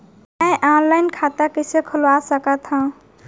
मैं ऑनलाइन खाता कइसे खुलवा सकत हव?